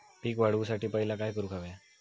पीक वाढवुसाठी पहिला काय करूक हव्या?